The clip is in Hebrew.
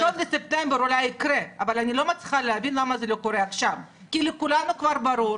אני לא מצליחה להבין למה זה לא קורה עכשיו כי לכולנו כבר ברור,